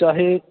ਚਾਹੇ